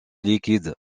liquides